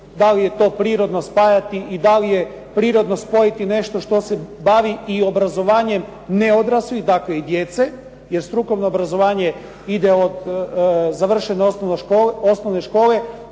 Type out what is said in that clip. da li je to prirodno spajati i da li je prirodno spojiti nešto što se bavi i obrazovanjem neodraslih, dakle i djece. Jer strukovno obrazovanje ide od završene osnovne škole,